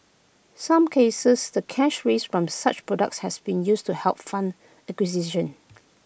some cases the cash raised from such products has been used to help fund acquisition